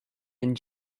and